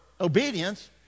obedience